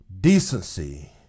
Decency